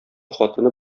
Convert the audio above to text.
хатыны